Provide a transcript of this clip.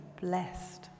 blessed